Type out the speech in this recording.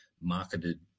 marketed